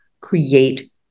create